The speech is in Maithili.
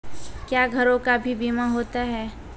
क्या घरों का भी बीमा होता हैं?